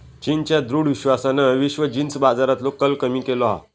चीनच्या दृढ विश्वासान विश्व जींस बाजारातलो कल कमी केलो हा